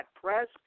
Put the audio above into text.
press